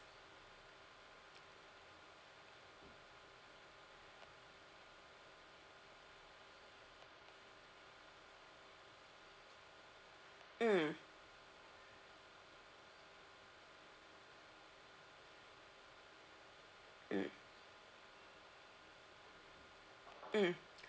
mm mm mm